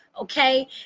Okay